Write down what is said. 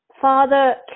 Father